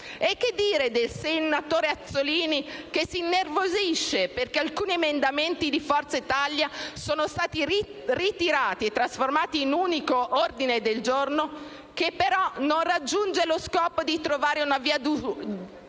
E che dire del senatore Azzollini, che si innervosisce perché alcuni emendamenti di Forza Italia sono stati ritirati e trasformati in un unico ordine del giorno, che non raggiunge però lo scopo di trovare una via di